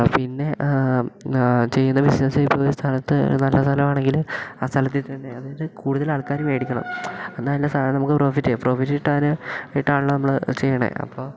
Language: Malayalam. പിന്നെ ചെയ്യുന്ന ബിസിനസ്സ് ചെയ്യാന് പോയ സ്ഥലത്ത് നല്ല സ്ഥലമാണെങ്കിൽ ആ സ്ഥലത്തിൽ തന്നെ അതായത് കൂടുതൽ ആൾക്കാർ മേടിക്കണം എന്നാലല്ലെ സാധനം നമുക്ക് പ്രോഫിറ്റ് ചെയ്യും പ്രോഫിറ്റ് കിട്ടാൻ കിട്ടാനുള്ള നമ്മൾ ചെയ്യുന്നേ അപ്പോൾ